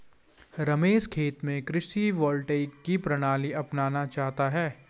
रमेश खेत में कृषि वोल्टेइक की प्रणाली अपनाना चाहता है